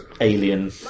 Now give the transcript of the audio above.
alien